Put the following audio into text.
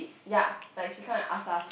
ya like she kinda ask us